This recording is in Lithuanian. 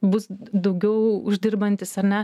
bus daugiau uždirbantis ar ne